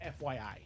FYI